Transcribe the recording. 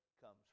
comes